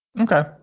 Okay